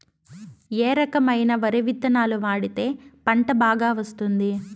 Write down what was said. ఏ రకమైన వరి విత్తనాలు వాడితే పంట బాగా వస్తుంది?